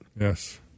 Yes